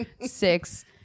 six